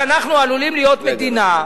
שאנחנו עלולים להיות מדינה,